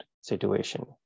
situation